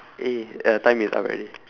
eh uh time is up already